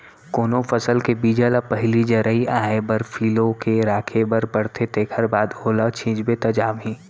कोनो फसल के बीजा ल पहिली जरई आए बर फिलो के राखे बर परथे तेखर बाद ओला छिंचबे त जामही